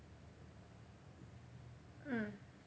mm